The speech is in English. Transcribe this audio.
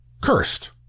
cursed